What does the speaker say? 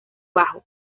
bajo